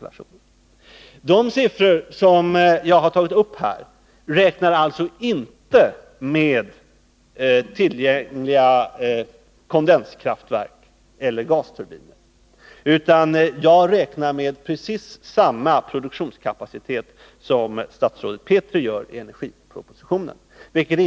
När det gäller de siffror jag anfört räknar jag alltså inte med tillgängliga kondenskraftverk eller gasturbiner, utan jag räknar med precis samma produktionskapacitet som statsrådet Petri gör i energipropositionen, vilket